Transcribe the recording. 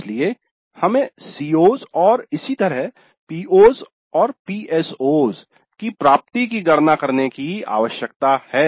इसलिए हमें CO's और इसी तरह PO's और PSO's की प्राप्ति की गणना करने की आवश्यकता है